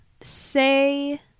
say